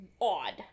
odd